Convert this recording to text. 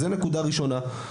זו הנקודה הראשונה.